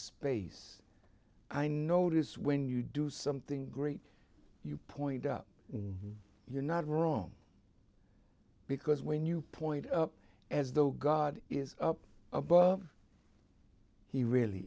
space i notice when you do something great you point up you're not wrong because when you point up as though god is above he really